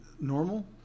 normal